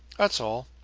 that's all.